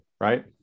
right